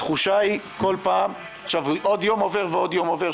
התחושה היא כל פעם שעוד יום עובר ועוד יום עובר,